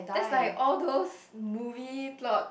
that's like all those movies plot